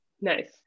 Nice